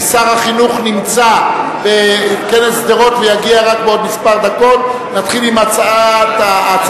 כי שר החינוך נמצא בכנס שדרות ויגיע רק בעוד כמה דקות.